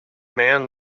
man